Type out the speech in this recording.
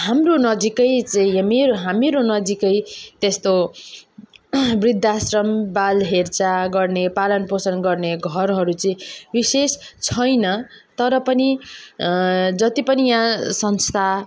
हाम्रो नजिकै चाहिँ य मेरो हा मेरो नजिकै त्यस्तो वृद्ध आश्रम बाल हेरचाह गर्ने पालन पोषण गर्ने घरहरू चाहिँ विशेष छैन तर पनि जति पनि यहाँ संस्था